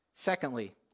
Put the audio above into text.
Secondly